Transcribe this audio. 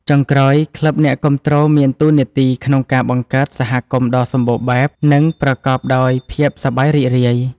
ចុងក្រោយ ក្លឹបអ្នកគាំទ្រមានតួនាទីក្នុងការបង្កើតសហគមន៍ដ៏សម្បូរបែប និងប្រកបដោយភាពសប្បាយរីករាយ។